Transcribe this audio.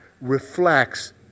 reflects